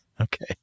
Okay